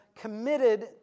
committed